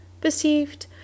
perceived